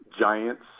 Giants